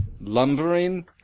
lumbering